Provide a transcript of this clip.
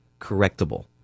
correctable